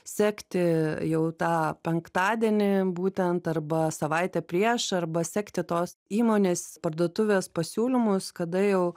sekti jau tą penktadienį būtent arba savaitę prieš arba sekti tos įmonės parduotuvės pasiūlymus kada jau